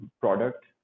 product